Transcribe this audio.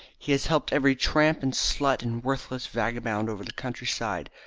he has helped every tramp and slut and worthless vagabond over the countryside,